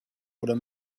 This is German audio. oder